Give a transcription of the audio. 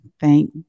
thank